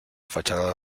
fachada